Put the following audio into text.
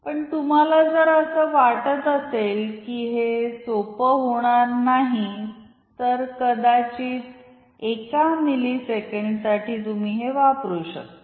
पण तुम्हाला जर असं वाटत असेल की हे सोपं होणार नाही तर कदाचित एका मिली सेकंड साठी तुम्ही हे वापरु शकता